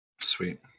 Sweet